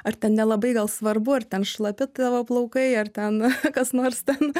ar ten nelabai gal svarbu ar ten šlapi tavo plaukai ar ten kas nors ten